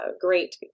great